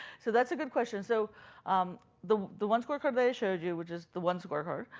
so that's a good question. so um the the one scorecard they showed you, which is the one scorecard,